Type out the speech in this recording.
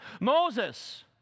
Moses